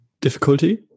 Difficulty